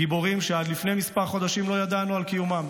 גיבורים שעד לפני כמה חודשים לא ידענו על קיומם,